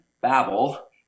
Babel